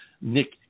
Nick